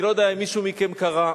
אני לא יודע אם מישהו מכם קרא.